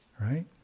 right